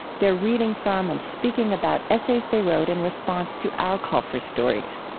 they're reading from and speaking about essays they wrote in response to our call for stories.